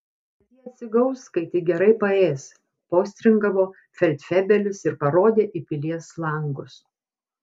bet jie atsigaus kai tik gerai paės postringavo feldfebelis ir parodė į pilies langus